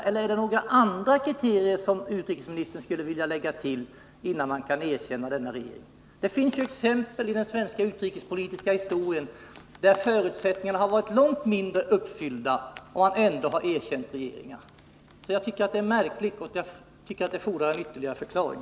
Eller finns det några andra kriterier att uppfylla som utrikesministern skulle vilja lägga till innan man kan erkänna denna regering? Det finns exempel i den svenska utrikespolitiska historien där Sverige trots att förutsättningarna har varit långt mindre uppfyllda ändå har erkänt regeringar. Jag tycker att det fordrar en ytterligare förklaring.